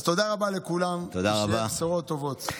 אז תודה רבה לכולם, ושיהיו בשורות טובות.